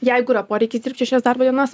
jeigu yra poreikis dirbt šešias darbo dienas